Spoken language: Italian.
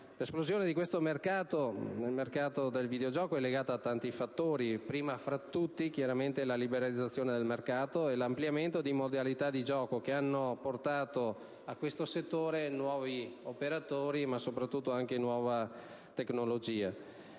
L'esplosione del mercato del videogioco è legata a tanti fattori, primi fra tutti la liberalizzazione del mercato e l'ampliamento di modalità di gioco che hanno portato al settore nuovi operatori e soprattutto anche nuova tecnologia.